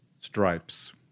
Stripes